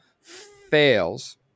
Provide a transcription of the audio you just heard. Fails